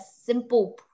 simple